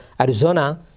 Arizona